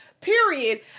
period